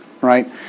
right